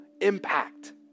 impact